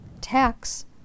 tax